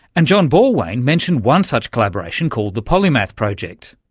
and jon borwein mentioned one such collaboration called the polymath project.